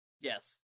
Yes